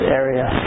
area